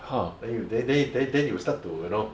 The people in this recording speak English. then you then then then then you will start to you know